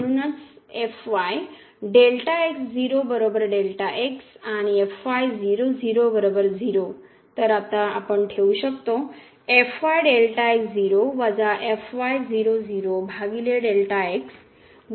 म्हणूनच आणि तर आपण आता ठेवू शकतो